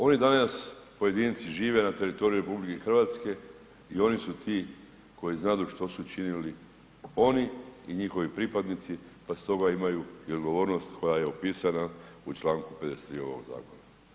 Oni danas, pojedinci žive na teritoriju RH i oni su ti koji znadu što su činili, oni i njihovi pripadnici pa stoga imaju i odgovornost koja je opisana u Članku 53. ovog zakona.